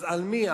אז על מי?